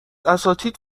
اساتید